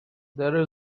there